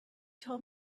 told